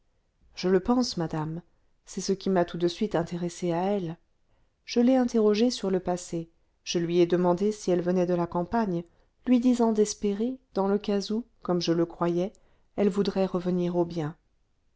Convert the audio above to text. je le pense madame c'est ce qui m'a tout de suite intéressée à elle je l'ai interrogée sur le passé je lui ai demandé si elle venait de la campagne lui disant d'espérer dans le cas où comme je le croyais elle voudrait revenir au bien